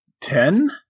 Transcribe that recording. ten